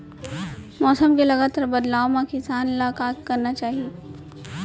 मौसम के लगातार बदलाव मा किसान ला का करना चाही?